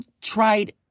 tried